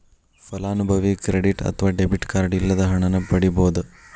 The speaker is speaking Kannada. ಫಲಾನುಭವಿ ಕ್ರೆಡಿಟ್ ಅತ್ವ ಡೆಬಿಟ್ ಕಾರ್ಡ್ ಇಲ್ಲದ ಹಣನ ಪಡಿಬೋದ್